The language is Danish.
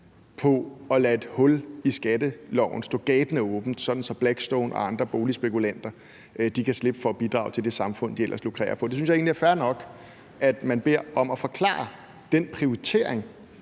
på at lade et hul i skatteloven stå gabende åbent, sådan at Blackstone og andre boligspekulanter kan slippe for at bidrage til det samfund, som de ellers lukrerer på. Jeg synes egentlig, at det er fair nok, at man beder om at få forklaret den prioritering